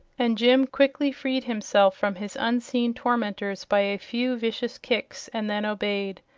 and jim quickly freed himself from his unseen tormenters by a few vicious kicks and then obeyed.